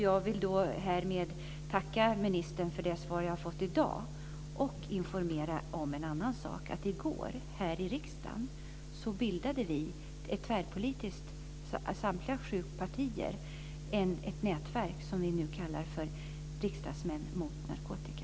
Jag vill härmed tacka ministern för det svar jag har fått i dag och informera om en annan sak, nämligen att det i går i riksdagen bildades ett tvärpolitiskt nätverk med samtliga sju partier representerade som kallas för Riksdagsmän mot narkotika.